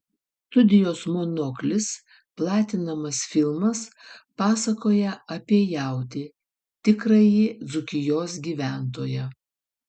studijos monoklis platinamas filmas pasakoja apie jautį tikrąjį dzūkijos gyventoją